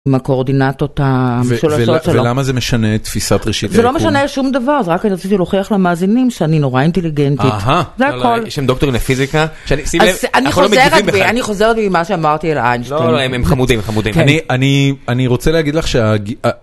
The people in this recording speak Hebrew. עם הקואורדינטות המשולשות שלו. ולמה זה משנה תפיסת ראשית היקום? זה לא משנה שום דבר, זה רק אני רציתי להוכיח למאזינים שאני נורא אינטליגנטית. אהה, יש שם דוקטורים לפיזיקה, שים לב, אנחנו לא מגיבים בכלל. אני חוזרת ממה שאמרתי על איינשטיין. הם חמודים, חמודים. אני רוצה להגיד לך ש...